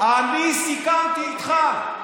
אני סיכמתי איתך.